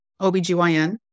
OBGYN